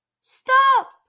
Stop